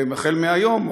ומהיום,